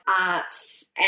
arts